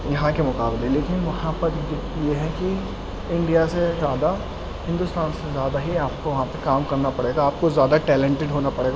یہاں کے مقابلے لیکن وہاں پر یہ ہے کہ انڈیا سے زیادہ ہندوستان سے زیادہ ہی آپ کو وہاں پہ کام کرنا پڑے گا آپ کو زیادہ ٹیلینٹڈ ہونا پڑے گا